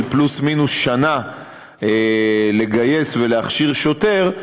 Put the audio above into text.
של פלוס-מינוס שנה לגייס ולהכשיר שוטר,